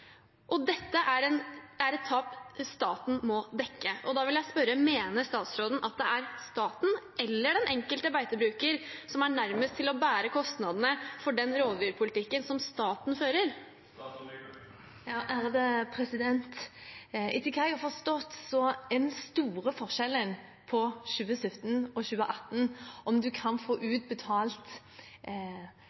tap staten må dekke, og da vil jeg spørre: Mener statsråden at det er staten eller den enkelte beitebruker som er nærmest til å bære kostnadene for den rovdyrpolitikken som staten fører? Etter hva jeg har forstått, er den store forskjellen på 2017 og 2018 at en i 2017 kunne få